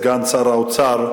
סגן שר האוצר,